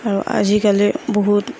আৰু আজিকালি বহুত